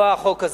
לא החוק הזה.